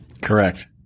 Correct